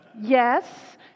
Yes